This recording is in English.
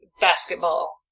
basketball